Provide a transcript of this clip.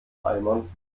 eimern